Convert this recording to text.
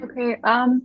Okay